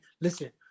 listen